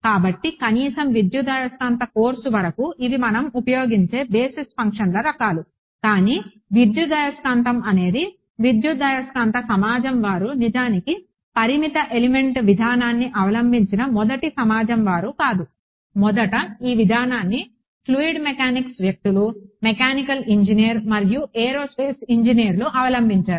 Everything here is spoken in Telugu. కాబట్టి కనీసం విద్యుదయస్కాంత కోర్సు వరకు ఇవి మనం ఉపయోగించే బేసిస్ ఫంక్షన్ల రకాలు కానీ విద్యుదయస్కాంతం అనేది విద్యుదయస్కాంత సమాజం వారు నిజానికి పరిమిత ఎలిమెంట్ విధానాన్ని అవలంబించిన మొదటి సమాజం వారు కాదు మొదట ఈ విధానాన్ని ఫ్లూయిడ్ మెకానిక్స్ వ్యక్తులు మెకానికల్ ఇంజనీర్ మరియు ఏరోస్పేస్ ఇంజనీర్లు అవలంబించారు